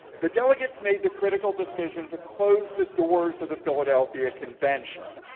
the delegates made the critical decision to close the doors of the philadelphia convention.